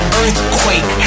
earthquake